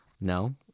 No